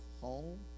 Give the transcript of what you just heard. home